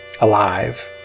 alive